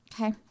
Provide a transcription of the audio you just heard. okay